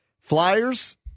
Flyers